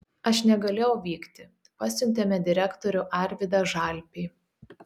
aš negalėjau vykti pasiuntėme direktorių arvydą žalpį